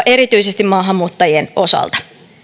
erityisesti maahanmuuttajien osalta